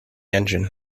engine